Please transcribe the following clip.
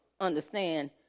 understand